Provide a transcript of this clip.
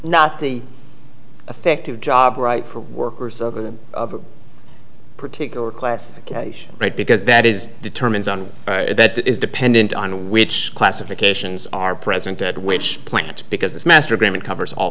not the effective job right for workers other than particular class right because that is determines on is dependent on which classifications are present and which plant because this master agreement covers all